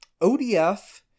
odf